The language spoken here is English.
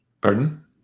Pardon